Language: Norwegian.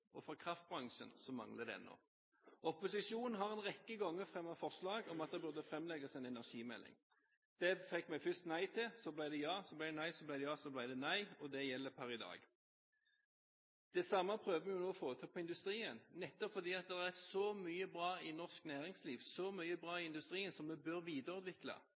industrien og kraftbransjen mangler ennå en melding. Opposisjonen har en rekke ganger fremmet forslag om at det burde framlegges en energimelding. Det fikk vi først nei til, så ble det ja, så ble det nei, så ble det ja, så ble det nei – og det gjelder per i dag. Det samme prøvde vi å få til for industrien, nettopp fordi det er så mye bra i norsk næringsliv, så mye bra i industrien som vi bør videreutvikle,